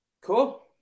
cool